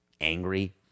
angry